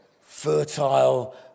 fertile